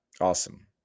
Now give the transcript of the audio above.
Awesome